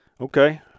Okay